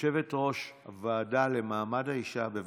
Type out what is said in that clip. יושבת-ראש הוועדה לקידום מעמד האישה, בבקשה.